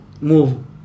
move